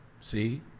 see